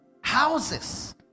houses